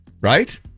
right